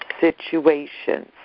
situations